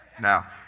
Now